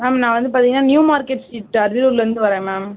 ma'am நான் வந்து பார்த்திங்கன்னா நியூ மார்க்கெட் ஸ்ட்ரீட் அரியலூரிலிருந்து வரேன் மேம்